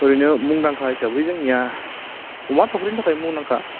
ओरैनो मुंदांखा हिसाबै जोंनिया अमा थावख्रिनि थाखाय मुंदांखा